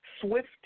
swift